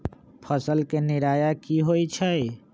फसल के निराया की होइ छई?